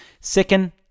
Second